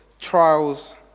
Trials